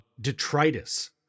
detritus